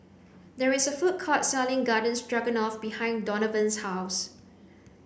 there is a food court selling Garden Stroganoff behind Donavan's house